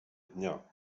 dnia